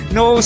no